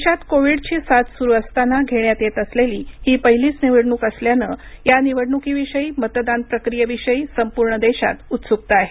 देशात कोविडची साथ सुरू असताना घेण्यात येत असलेली ही पहिलीच निवडणूक असल्यानं या निवडणुकीविषयी मतदान प्रक्रियेविषयी संपूर्ण देशात उत्सुकता आहे